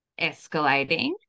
escalating